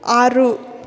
ಆರು